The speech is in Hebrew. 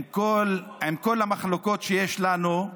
עם כל המחלוקות שיש לנו,